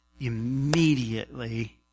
immediately